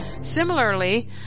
Similarly